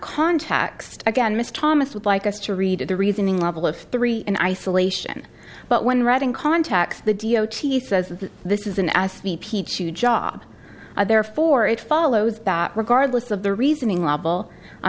context again miss thomas would like us to read the reasoning level of three in isolation but when reading contacts the d o t says this is an s p peachy job therefore it follows that regardless of the reasoning level i